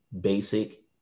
Basic